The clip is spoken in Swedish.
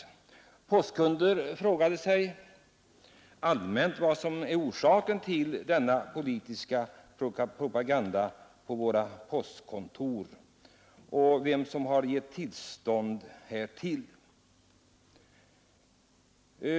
Postkunder frågade sig allmänt vad som var orsaken till denna politiska propaganda på våra postkontor och vem som hade gett tillstånd därtill.